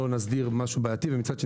לא נסדיר משהו בעייתי ומצד שני,